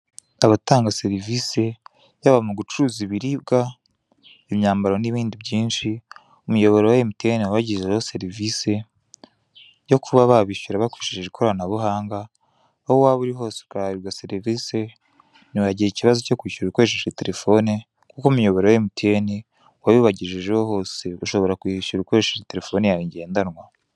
Abatanga serivisi yaba mu gucuruza ibiribwa imyambaro n'ibindi byinshi' umuyoboro wa emutiyeni wabashyiriyeho serivisi' yo kuba babishyura bakoresheje ikoranabuhanga aho waba uri hose ugahabwa serivisi, ntiwagira ikobazo cyo kwishyura ukoresheje telefone, kuko umuyoboro wa emutiyeni wabibagejejeho byose ushobora kwishyura ukoresheje telepfone yawe ngendanwa.